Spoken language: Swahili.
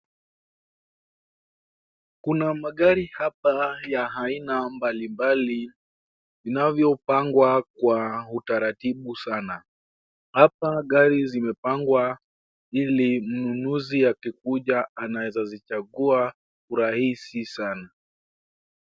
Kuna magari hapa ya aina mbali mbali inavyopangwa kwa utaratibu sana. Hapa gari zimepangwa ili mnunuzi akikuja anaenza zichangua urahisi sana.